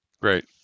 Great